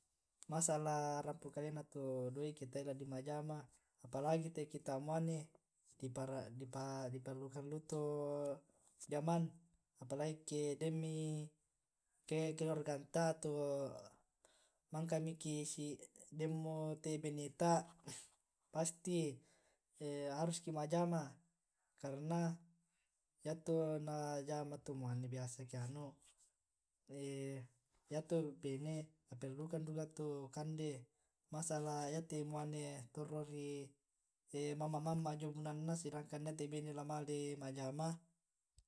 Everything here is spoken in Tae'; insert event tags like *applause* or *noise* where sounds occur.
Masa' la rampo kalena to doi' eke tae' ladi ma'jama apa lagi kita te' muane *hesitation* di perlukan liu to jaman apa lagi ke demmi keluargata atau mangka miki denmo te beneta pasti *hesitation* haruski ma'jama karna yato najama to' muane biasa Keanu *hesitation* yato' bene na perlukan duka to' kande masa la yato uane torro ri *hesitation* mamma mamma jio banuanna sedangkan yate bene la male ma'jama. *hesitation*